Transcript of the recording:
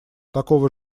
такого